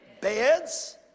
Beds